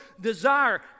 desire